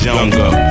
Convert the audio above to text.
Younger